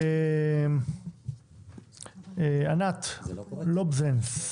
ענת לובזנס.